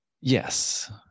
Yes